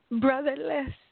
brotherless